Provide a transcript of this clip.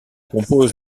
compose